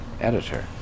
editor